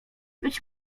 być